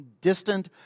distant